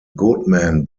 goodman